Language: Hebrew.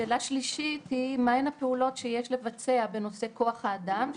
השאלה השלישית היא מהן הפעולות שיש לבצע בנושא כוח האדם,